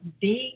big